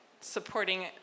supporting